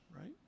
right